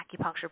acupuncture